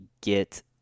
get